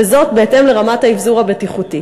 בהתאם לרמת האבזור הבטיחותי.